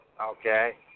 Okay